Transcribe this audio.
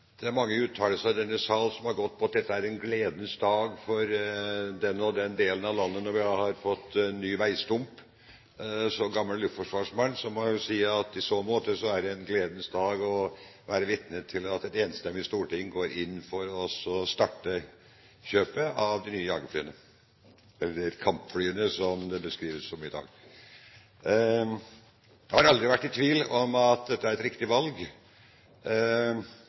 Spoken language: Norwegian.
Det er mange uttalelser i denne sal som har gått på at dette er en gledens dag for den og den delen av landet når vi har fått en ny veistump. Som gammel luftforsvarsmann må jeg jo si at i så måte er det en gledens dag å være vitne til at et enstemmig storting går inn for å starte kjøpet av de nye jagerflyene – eller kampflyene, som de beskrives som i dag. Jeg har aldri vært i tvil om at dette er et riktig valg,